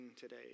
today